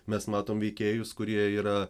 mes matom veikėjus kurie yra